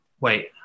wait